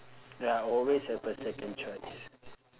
ya always have a second choice